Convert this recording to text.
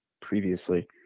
previously